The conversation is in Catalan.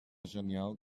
genial